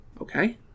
Okay